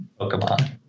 Pokemon